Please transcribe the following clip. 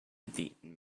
beaten